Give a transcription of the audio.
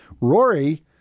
Rory